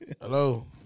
hello